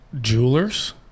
jewelers